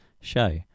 show